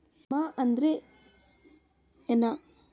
ವಿಮೆ ಅಂದ್ರೆ ಏನ?